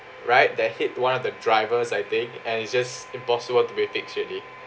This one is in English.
right that hit one of the drivers I think and it's just impossible to be fixed already